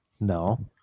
No